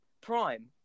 Prime